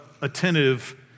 attentive